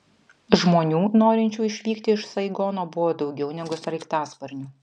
žmonių norinčių išvykti iš saigono buvo daugiau negu sraigtasparnių